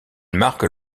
marque